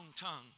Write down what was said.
tongue